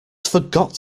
forgot